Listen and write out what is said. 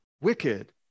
wicked